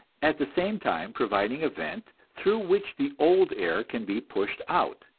at the same time providing a vent through which the old air can be pushed out.